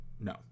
No